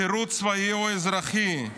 שירות צבאי או אזרחי,